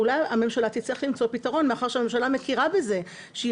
הממשלה תצטרך למצוא פתרון מאחר שהממשלה מכירה בזה שהיא